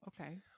okay